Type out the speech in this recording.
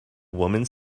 woman